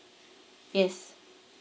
yes